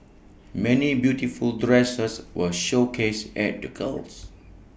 many beautiful dresses were showcased at the goals